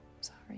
sorry